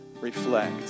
reflect